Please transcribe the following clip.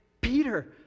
Peter